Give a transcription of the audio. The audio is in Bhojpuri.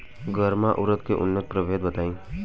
गर्मा उरद के उन्नत प्रभेद बताई?